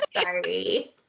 Sorry